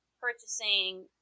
purchasing